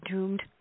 Doomed